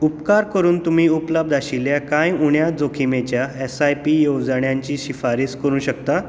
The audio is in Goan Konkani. उपकार करून तुमी उपलब्ध आशिल्ल्या कांय उण्या जोखीमेच्या एस आय पी येवजण्यांची शिफारस करूं शकता